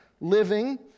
living